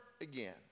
again